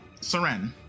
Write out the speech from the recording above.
Saren